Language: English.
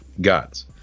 gods